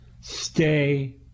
stay